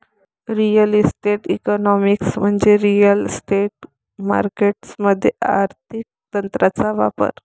real estate economics म्हणजे real estate markets मध्ये आर्थिक तंत्रांचा वापर